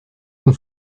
con